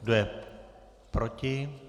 Kdo je proti?